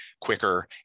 quicker